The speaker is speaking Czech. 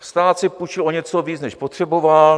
Stát si půjčil o něco víc, než potřeboval.